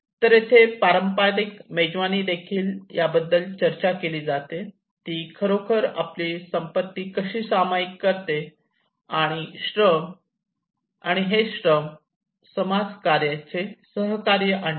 तर येथे पारंपारिक मेजवानीदेखील याबद्दल चर्चा केली जाते ती खरोखर आपली संपत्ती कशी सामायिक करते आणि हेच श्रम आणि समाजाचे सहकार्य आणते